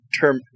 term